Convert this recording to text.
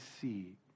see